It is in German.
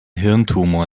hirntumor